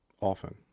often